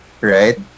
right